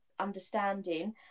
understanding